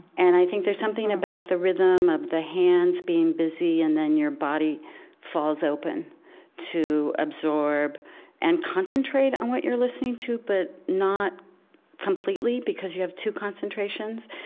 and i think there's something about the rhythm of the hands being busy and then your body falls open to absorb and concentrate on what you're listening to, but not completely, because you have two concentrations.